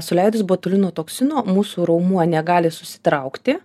suleidus botulino toksino mūsų raumuo negali susitraukti